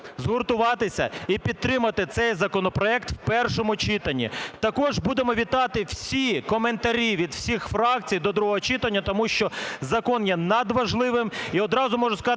згуртуватися і підтримати цей законопроект в першому читанні. Також будемо вітати всі коментарі від всіх фракцій до другого читання, тому що закон є надважливим.